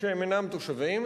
שהם אינם תושבים.